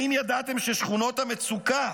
האם ידעתם ששכונות המצוקה